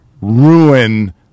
ruin